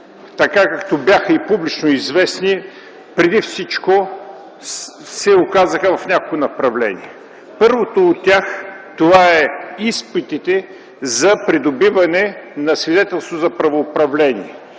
така както бяха и публично известни, преди всичко се оказаха в няколко направления. Първото от тях – изпитите за придобиване на свидетелство за правоуправление